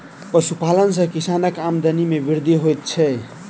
पशुपालन सॅ किसानक आमदनी मे वृद्धि होइत छै